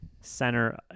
center